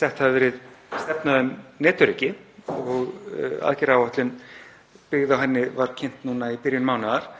sett hefur verið stefna um netöryggi og var aðgerðaáætlun byggð á henni kynnt núna í byrjun mánaðar.